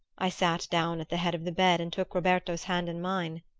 i sat down at the head of the bed and took roberto's hand in mine.